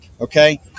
Okay